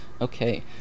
Okay